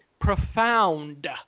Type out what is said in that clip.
profound